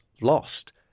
lost